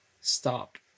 Stop